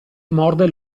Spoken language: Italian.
morde